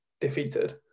defeated